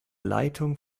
leitung